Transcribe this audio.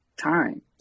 time